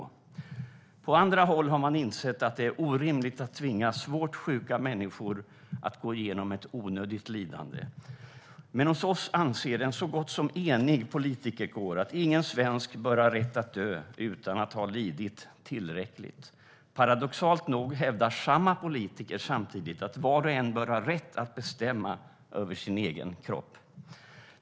Inga-Lisa fortsätter: "På andra håll har man insett att det är orimligt att tvinga svårt sjuka människor att gå igenom ett onödigt lidande. Men hos oss anser en så gott som enig politikerkår att ingen svensk bör ha rätt att dö utan att ha lidit tillräckligt. Paradoxalt nog hävdar samma politiker samtidigt att var och en bör ha rätt att bestämma över sin egen kropp.